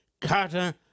Carter